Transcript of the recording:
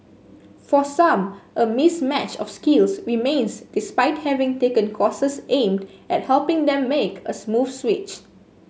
for some a mismatch of skills remains despite having taken courses aimed at helping them make a smooth switch